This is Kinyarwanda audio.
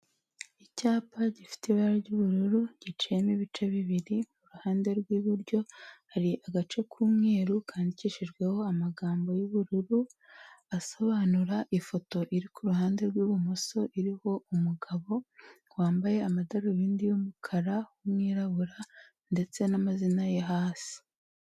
Icyapa gifite ibara ry'ubururu giciyemo ibice bibiri, iruhande rw'iburyo hari agace k'umweru kandidikishijweho amagambo y'ubururu, asobanura ifoto iri kuruhande rw'ibumoso iriho umugabo wambaye amadarubindi y'umukara w'umwirabura, ndetse n'amazina ye hasi.